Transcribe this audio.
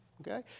Okay